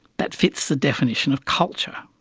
that fits the definition of culture.